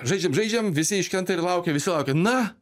žaidžia žaidžiam visi iškrenta ir laukia visi laukia na